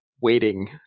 waiting